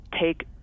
take